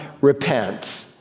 repent